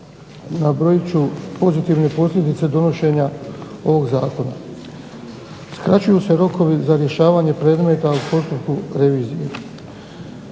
Nabrojit ću pozitivne posljedice donošenja ovog zakona. Skraćuju se rokovi za rješavanje predmeta u postupku revizije,